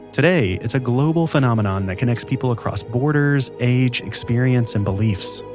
today, it's a global phenomenon that connects people across borders, age, experience, and beliefs.